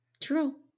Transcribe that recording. True